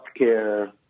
healthcare